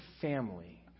family